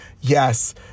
yes